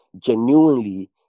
genuinely